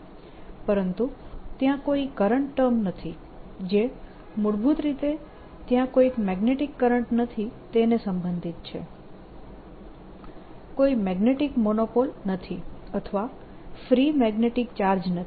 પરંતુ ત્યાં કોઈ કરંટ ટર્મ નથી જે મૂળભૂત રીતે ત્યાં કોઈ મેગ્નેટીક કરંટ નથી તેને સંબંધિત છે કોઈ મેગ્નેટીક મોનોપોલ નથી અથવા ફ્રી મેગ્નેટીક ચાર્જ નથી